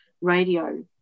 radio